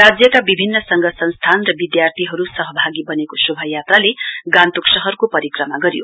राज्यका विभिन्न संघ संस्थान र विध्यार्थीहरु सहभागी बनेको शोभायात्राले गान्तोक शहरको प्रक्रिमा गर्यो